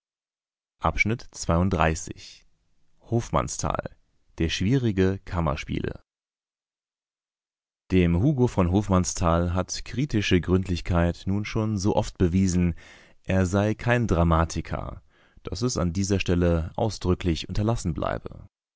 hofmannsthal der schwierige kammerspiele dem hugo v hofmannsthal hat kritische gründlichkeit nun schon so oft bewiesen er sei kein dramatiker daß es an dieser stelle ausdrücklich unterlassen bleibe